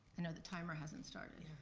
i know the timer hasn't started,